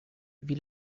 wie